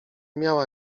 miała